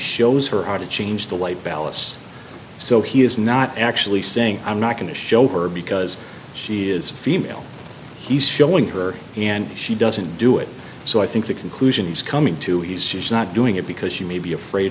shows her how to change the light ballasts so he is not actually saying i'm not going to show her because she is female he's showing her and she doesn't do it so i think the conclusion is coming to he's just not doing it because she may be afraid